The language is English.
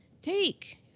take